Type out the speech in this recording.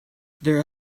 their